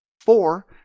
four